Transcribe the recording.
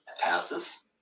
passes